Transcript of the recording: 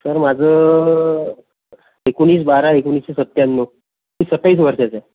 sir माझं एकोणीस बारा एकोणीसशे सत्त्याण्णव मी सत्तावीस वर्षाचा आहे